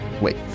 Wait